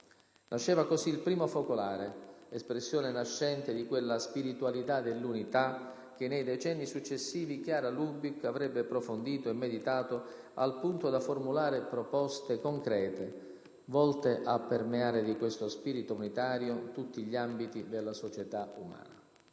Nasceva così il primo Focolare, espressione nascente di quella «spiritualità dell'unità» che nei decenni successivi Chiara Lubich avrebbe approfondito e meditato al punto da formulare proposte concrete, volte a permeare di questo spirito unitario tutti gli ambiti della società umana.